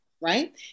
right